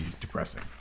depressing